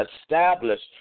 established